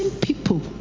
people